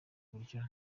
buryo